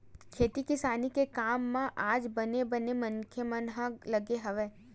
खेती किसानी के काम म आज बने बने मनखे मन ह लगे हवय